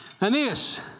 Aeneas